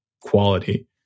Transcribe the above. quality